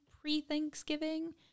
pre-thanksgiving